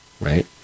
right